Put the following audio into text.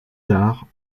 tard